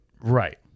Right